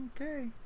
Okay